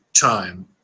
time